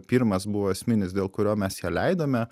pirmas buvo esminis dėl kurio mes ją leidome